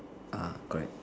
ah correct